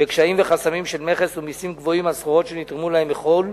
בקשיים וחסמים של מכס ומסים גבוהים על סחורות שנתרמו להם מחוץ-לארץ.